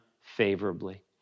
favorably